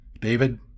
David